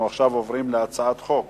אנחנו עוברים להצעת חוק